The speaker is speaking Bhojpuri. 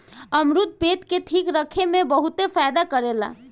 अमरुद पेट के ठीक रखे में बहुते फायदा करेला